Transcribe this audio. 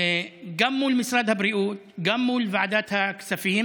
גם מול משרד הבריאות, גם מול ועדת הכספים,